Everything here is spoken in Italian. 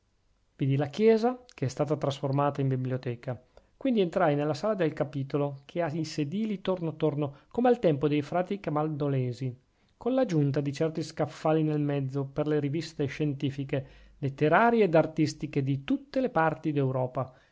vidi la chiesa che è stata trasformata in biblioteca quindi entrai nella sala del capitolo che ha i sedili torno torno come al tempo dei frati camaldolesi con la giunta di certi scaffali nel mezzo per le riviste scientifiche letterarie ed artistiche di tutte le parti d'europa